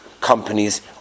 companies